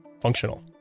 functional